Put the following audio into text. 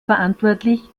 verantwortlich